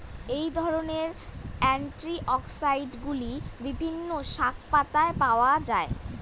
এই ধরনের অ্যান্টিঅক্সিড্যান্টগুলি বিভিন্ন শাকপাতায় পাওয়া য়ায়